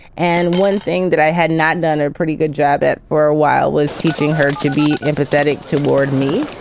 and one thing that i had not done a pretty good job at for a while was teaching her to be empathetic toward me.